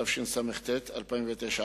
התשס"ט 2009,